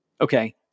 okay